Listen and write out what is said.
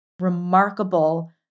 remarkable